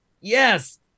Yes